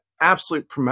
absolute